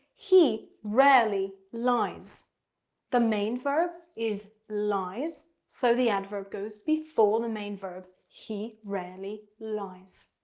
he rarely lies the main verb is lies. so the adverb goes before the main verb. he rarely lies.